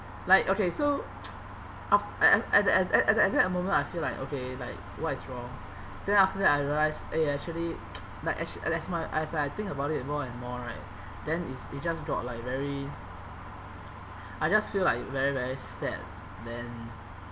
like okay so af~ at at at the e~ at the exact moment I feel like okay like what is wrong then after that I realised eh actually like act~ a~ as my as I think about it more and more right then it it just got like very I just feel like very very sad then